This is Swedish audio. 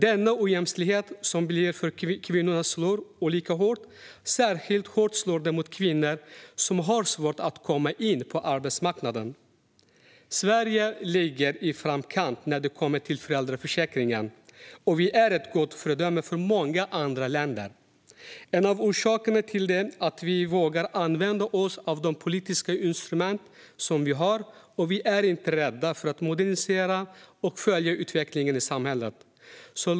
Denna ojämställdhet för kvinnor slår olika hårt, och särskilt hårt slår den mot kvinnor som har svårt att komma in på arbetsmarknaden. Sverige ligger i framkant när det kommer till föräldraförsäkringen, och vi är ett gott föredöme för många andra länder. En av orsakerna till detta är att vi vågar använda oss av de politiska instrument vi har, och vi är inte rädda för att modernisera och följa utvecklingen i samhället.